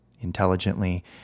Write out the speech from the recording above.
intelligently